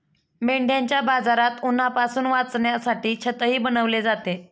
मेंढ्यांच्या बाजारात उन्हापासून वाचण्यासाठी छतही बनवले जाते